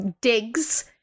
digs